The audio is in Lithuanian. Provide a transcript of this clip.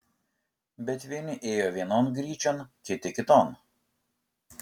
bet vieni ėjo vienon gryčion kiti kiton